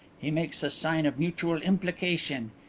he makes a sign of mutual implication.